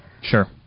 Sure